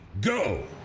go